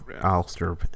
alistair